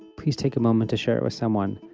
please take a moment to share it with someone.